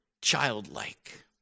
childlike